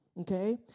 okay